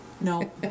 No